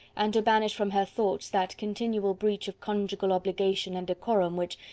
and to banish from her thoughts that continual breach of conjugal obligation and decorum which,